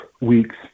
weeks